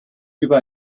über